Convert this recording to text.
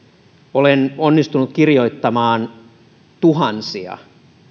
olen onnistunut kirjoittamaan tuhansia